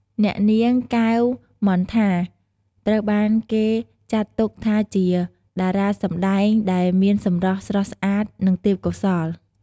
អ្នកនាង កែវ មន្ថា ត្រូវបានគេចាត់ទុកថាជាតារាសម្តែងដែលមានសម្រស់ស្រស់ស្អាតនិងទេពកោសល្យ។